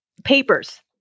Papers